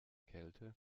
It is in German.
kälte